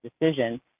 decision